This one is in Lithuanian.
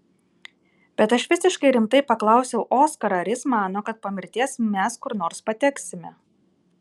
bet aš visiškai rimtai paklausiau oskarą ar jis mano kad po mirties mes kur nors pateksime